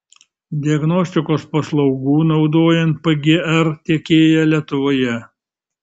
diagnostikos paslaugų naudojant pgr tiekėja lietuvoje